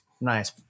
Nice